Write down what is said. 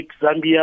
Zambia